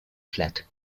flat